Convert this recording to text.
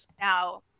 Now